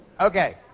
ok.